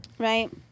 Right